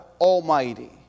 Almighty